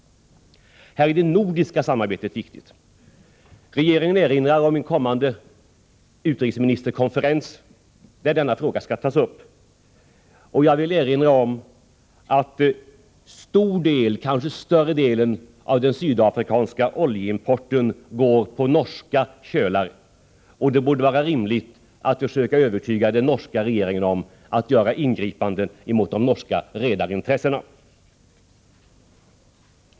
Här är det nordiska samarbetet viktigt. Regeringen erinrar om en kommande utrikesministerkonferens, där denna fråga skall tas upp. Jag vill erinra om att en stor del, kanske större delen, av den sydafrikanska oljeimporten går på norska kölar. Det borde vara rimligt att försöka övertyga den norska regeringen om att göra ingripanden mot de norska redarintressena.